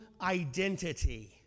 identity